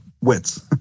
wits